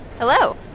Hello